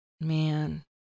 Man